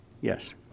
Yes